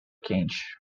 quente